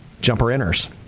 jumper-inners